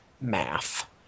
Math